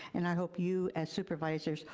and i hope you, as supervisors,